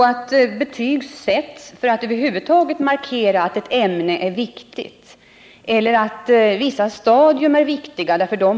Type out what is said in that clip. Betyg sätts inte för att markera att ett ämne är viktigt eller att vissa stadier är viktiga.